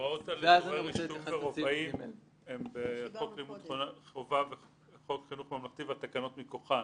ההוראות הן בחוק חינוך ממלכתי והתקנות מכוחן.